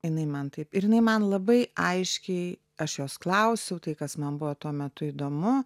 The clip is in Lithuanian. jinai man taip ir jinai man labai aiškiai aš jos klausiau tai kas man buvo tuo metu įdomu